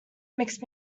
mixed